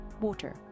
water